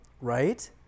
Right